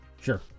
Sure